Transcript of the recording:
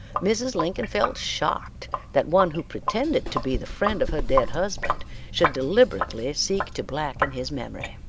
mrs. lincoln felt shocked that one who pretended to be the friend of her dead husband should deliberately seek to blacken his memory.